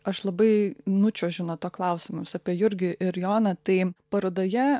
aš labai nučiuožiu nuo to klausimo vis apie jurgį ir joną tai parodoje